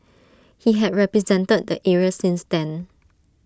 he had represented the area since then